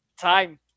time